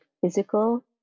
physical